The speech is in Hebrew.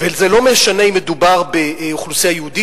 וזה לא משנה אם מדובר באוכלוסייה יהודית